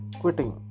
quitting